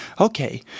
okay